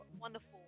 wonderful